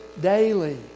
daily